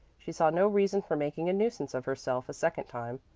she saw no reason for making a nuisance of herself a second time,